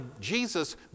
Jesus